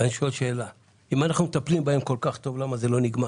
אז אני שואל שאלה אם אנחנו מטפלים בהם כל כך טוב למה זה לא נגמר?